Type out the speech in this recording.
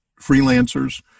freelancers